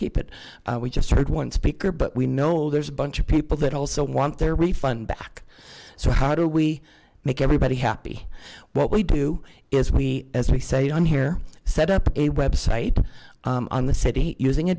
keep it we just heard one speaker but we know there's a bunch of people that also want their refund back so how do we make everybody happy what we do is we as we said on here set up a website on the city using a